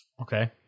Okay